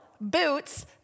boots